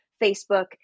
Facebook